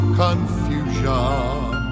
confusion